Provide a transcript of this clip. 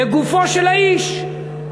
לגופו של האיש,